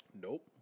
Nope